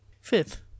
fifth